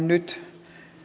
nyt